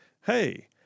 Hey